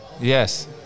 Yes